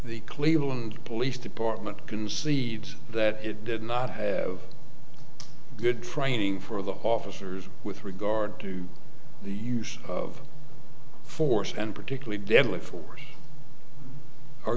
the cleveland police department concedes that it did not have good frightening for the officers with regard to the use of force and particularly deadly force are